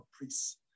priests